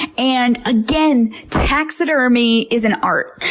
and again, taxidermy is an art,